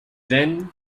then